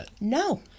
No